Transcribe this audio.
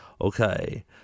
Okay